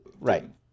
Right